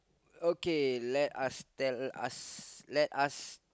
okay let us tell us let us